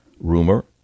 rumor